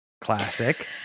Classic